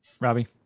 Robbie